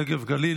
נגב-גליל?